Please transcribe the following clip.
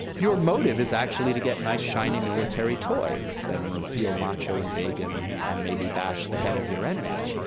your motive is actually to get nice, shiny military toys, and feel macho and big, and and maybe bash the head of your enemy,